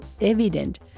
evident